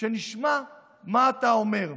שנשמע מה אתה אומר.